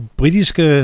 britiske